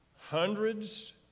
Hundreds